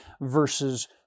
versus